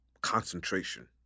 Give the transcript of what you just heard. concentration